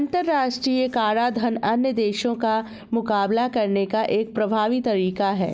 अंतर्राष्ट्रीय कराधान अन्य देशों का मुकाबला करने का एक प्रभावी तरीका है